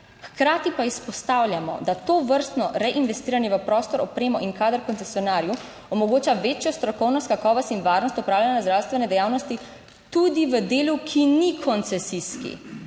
hkrati pa izpostavljamo, da tovrstno reinvestiranje v prostor, opremo in kadar koncesionarju omogoča večjo strokovnost, kakovost in varnost opravljanja zdravstvene dejavnosti tudi v delu, ki ni koncesijski,